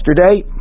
yesterday